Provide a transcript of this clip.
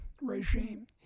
regime